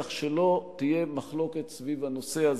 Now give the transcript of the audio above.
כך שלא תהיה מחלוקת סביב הנושא הזה,